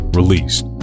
released